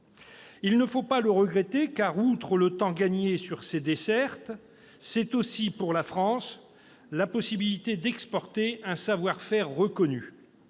Il ne faut pas le regretter, car, outre le temps gagné sur ces dessertes, c'est aussi pour la France la possibilité d'exporter un savoir-faire reconnu.